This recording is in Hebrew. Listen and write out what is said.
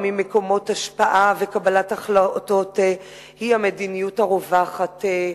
ממקומות השפעה וקבלת החלטות היא המדיניות הרווחת.